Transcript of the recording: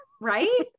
Right